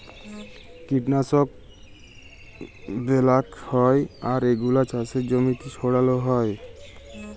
কীটলাশক ব্যলাক হ্যয় আর এগুলা চাসের জমিতে ছড়াল হ্য়য়